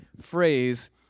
phrase